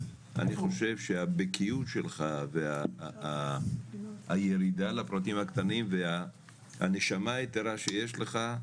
אני חושב שהבקיאות שלך והירידה לפרטים הקטנים והנשמה היתרה שיש לך,